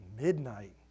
midnight